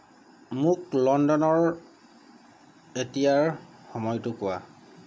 মোক লণ্ডনৰ এতিয়াৰ সময়টো কোৱা